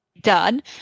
done